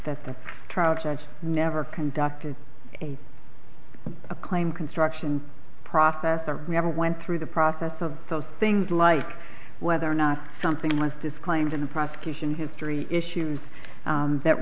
that the trial judge never conducted a a claim construction process or never went through the process of those things like whether or not something must disclaimed in the prosecution history issues that